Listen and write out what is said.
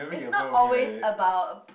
is not always about